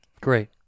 great